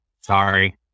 sorry